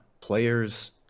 players